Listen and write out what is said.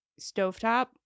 stovetop